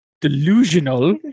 delusional